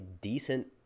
decent